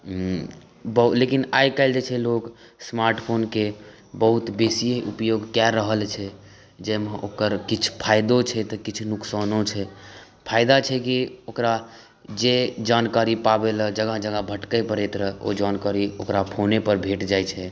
उँ बाउ आइ काल्हि जे छै लोक स्मार्ट फोनके बहुत बेसी उपयोग कए रहल छै जाहिमे ओकर किछु फायदो छै तऽ किछु नुकसानो छै फायदा छै कि ओकरा जे जानकारी पाबय लए जगह जगह भटकए पड़य रहै ओ जानकारी ओकरा फोने पर भेट जाइ छै